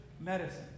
medicine